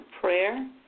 prayer